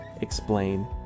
explain